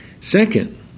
Second